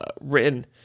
written